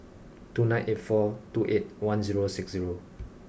two nine eight four two eight one zero six zero